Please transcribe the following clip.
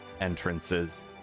entrances